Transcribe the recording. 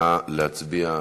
נא להצביע.